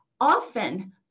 often